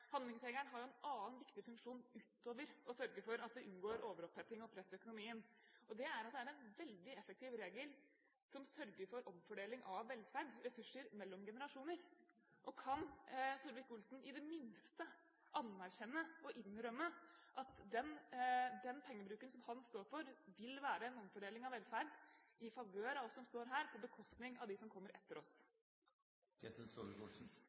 har en annen viktig funksjon utover å sørge for at du unngår overoppheting og press i økonomien. Den er en veldig effektiv regel som sørger for omfordeling av velferd og ressurser mellom generasjoner. Kan Solvik-Olsen i det minste anerkjenne og innrømme at den pengebruken som han står for, vil være en omfordeling av velferd i favør av oss som står her, på bekostning av dem som kommer etter